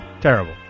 Terrible